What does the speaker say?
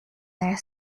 their